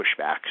pushback